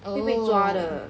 oh